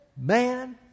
Man